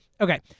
okay